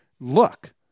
look